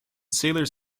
sailors